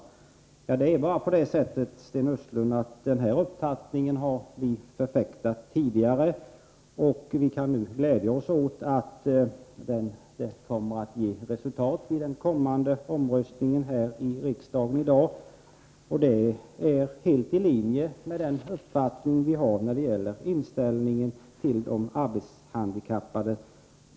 Det är bara på det sättet, Sten Östlund, att vi har förfäktat denna uppfattning tidigare, och vi kan nu glädja oss åt att det kommer att ge resultat vid den kommande omröstningen här i riksdagen. Det ligger helt i linje med den uppfattning vi har när det gäller inställningen till de arbetshandikappade.